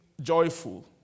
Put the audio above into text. joyful